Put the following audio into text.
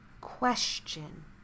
question